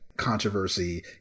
controversy